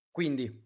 Quindi